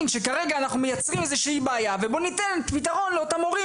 שכרגע אנחנו מייצרים איזה שהיא בעיה ובוא ניתן פתרון לאותם מורים